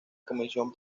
comisión